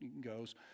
goes